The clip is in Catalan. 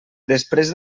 després